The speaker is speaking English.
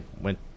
went